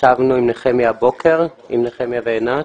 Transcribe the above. ישבנו הבוקר עם נחמיה ועינת.